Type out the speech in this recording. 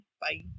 Bye